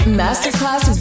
masterclass